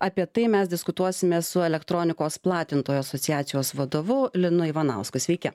apie tai mes diskutuosime su elektronikos platintojų asociacijos vadovu linu ivanausku sveiki